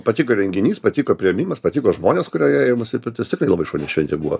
patiko renginys patiko priėmimas patiko žmonės kurie ėjo į mūsų pirtis tikrai labai šauni šventė buvo